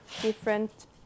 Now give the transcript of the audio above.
different